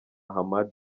hamad